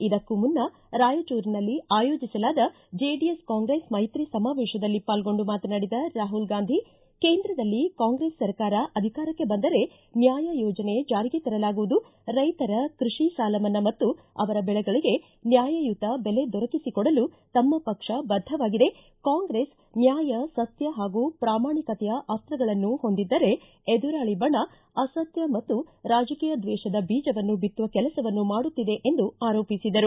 ಇದಕ್ಕೂ ಮುನ್ನ ರಾಯಚೂರಿನಲ್ಲಿ ಆಯೋಜಿಸಲಾದ ಜೆಡಿಎಸ್ ಕಾಂಗ್ರೆಸ್ ಮೈತ್ರಿ ಸಮಾವೇಶದಲ್ಲಿ ಪಾಲ್ಗೊಂಡು ಮಾತನಾಡಿದ ರಾಹುಲ್ ಗಾಂಧಿ ಕೇಂದ್ರದಲ್ಲಿ ಕಾಂಗ್ರೆಸ್ ಸರ್ಕಾರ ಅಧಿಕಾರಕ್ಕೆ ಬಂದರೆ ನ್ಯಾಯ ಯೋಜನೆ ಜಾರಿಗೆ ತರಲಾಗುವುದು ರೈತರ ಕೈಷಿ ಸಾಲ ಮನ್ನಾ ಮತ್ತು ಅವರ ದೆಳೆಗಳಿಗೆ ನ್ಯಾಯಯುತ ಬೆಲೆ ದೊರಕಿಸಿ ಕೊಡಲು ತಮ್ಮ ಪಕ್ಷ ಬದ್ದವಾಗಿದೆ ಕಾಂಗ್ರೆಸ್ ನ್ಯಾಯ ಸತ್ತ ಹಾಗೂ ಪ್ರಾಮಾಣಿಕತೆಯ ಅಸ್ತಗಳನ್ನು ಹೊಂದಿದ್ದರೆ ಎದುರಾಳಿ ಬಣ ಅಸತ್ತ ಮತ್ತು ರಾಜಕೀಯ ದ್ವೇಷದ ಬೀಜವನ್ನು ಬಿತ್ತುವ ಕೆಲಸವನ್ನು ಮಾಡುತ್ತಿದೆ ಎಂದು ಆರೋಪಿಸಿದರು